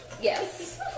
Yes